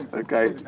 ah okay.